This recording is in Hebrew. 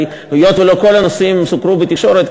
היות שלא כל הנושאים סוקרו בתקשורת,